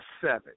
seven